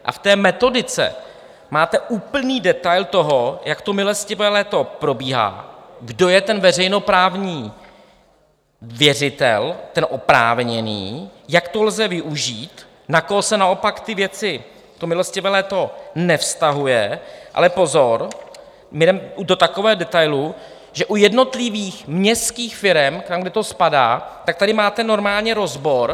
V té metodice máte úplný detail toho, jak milostivé léto probíhá, kdo je veřejnoprávní věřitel, ten oprávněný, jak to lze využít, na koho se naopak ty věci, to milostivé léto, nevztahuje, ale pozor, my jdeme do takového detailu, že u jednotlivých městských firem, kam to spadá, tady máte normálně rozbor.